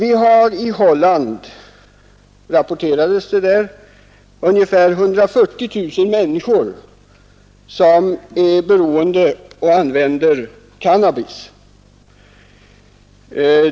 Från Holland rapporteras att ungefär 140 000 människor är beroende av cannabis.